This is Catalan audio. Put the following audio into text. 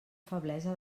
feblesa